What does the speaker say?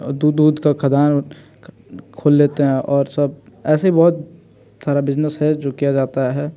और दूध ऊध की खदान खोल लेते हैं और सब ऐसे ही बहुत सारे बिजनेस है जो किया जाता है